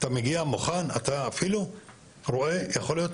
אתה מגיע מוכן ואתה אפילו יכול לראות